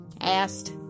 asked